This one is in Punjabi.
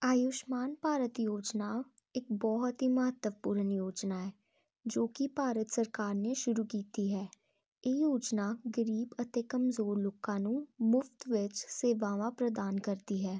ਆਯੂਸ਼ਮਾਨ ਭਾਰਤ ਯੋਜਨਾ ਇੱਕ ਬਹੁਤ ਹੀ ਮਹੱਤਵਪੂਰਨ ਯੋਜਨਾ ਹੈ ਜੋ ਕਿ ਭਾਰਤ ਸਰਕਾਰ ਨੇ ਸ਼ੁਰੂ ਕੀਤੀ ਹੈ ਇਹ ਯੋਜਨਾ ਗਰੀਬ ਅਤੇ ਕਮਜ਼ੋਰ ਲੋਕਾਂ ਨੂੰ ਮੁਫਤ ਵਿੱਚ ਸੇਵਾਵਾਂ ਪ੍ਰਦਾਨ ਕਰਦੀ ਹੈ